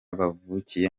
bavukiye